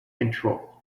control